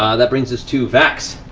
ah that brings us to vax.